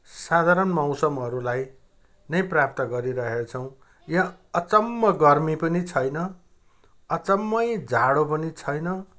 साधारण मौसमहरूलाई नै प्राप्त गरिरहेछौँ यहाँ अचम्म गर्मी पनि छैन अचम्मै जाडो पनि छैन